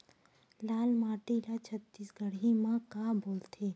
लाल माटी ला छत्तीसगढ़ी मा का बोलथे?